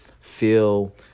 feel